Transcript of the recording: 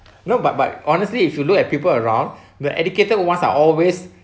no but but honestly if you look at people around the educated ones are always